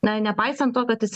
na nepaisant to kad jis